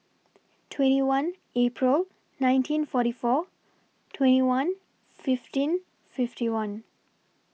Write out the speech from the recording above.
twenty one April nineteen forty four twenty one fifteen fifty one